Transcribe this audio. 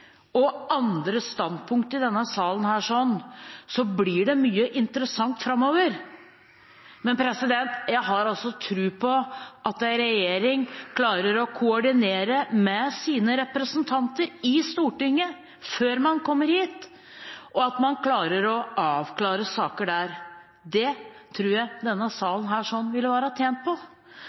og andre standpunkter i denne salen, blir det mye interessant framover. Men jeg har tro på at en regjering klarer å koordinere med sine representanter i Stortinget før man kommer hit, og at man klarer å avklare saker der. Det tror jeg denne salen ville være tjent